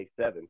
A7